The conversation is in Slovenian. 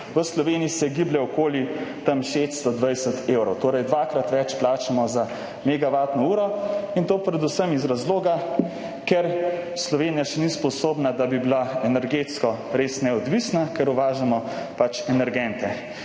V Sloveniji se giblje okoli 620 evrov, torej dvakrat več plačamo za megavatno uro. In to predvsem iz razloga, ker Slovenija še ni sposobna, da bi bila energetsko res neodvisna, ker pač uvažamo energente.